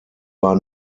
war